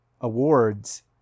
awards